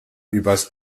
übers